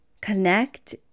connect